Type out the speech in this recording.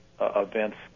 events